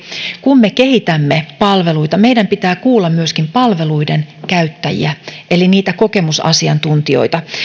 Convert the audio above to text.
kun me kehitämme palveluita meidän pitää kuulla myöskin palveluiden käyttäjiä eli niitä kokemusasiantuntijoita